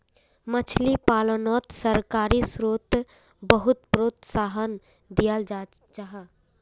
मछली पालानोत सरकारी स्त्रोत बहुत प्रोत्साहन दियाल जाहा